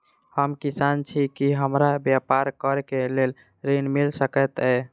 हम किसान छी की हमरा ब्यपार करऽ केँ लेल ऋण मिल सकैत ये?